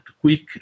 quick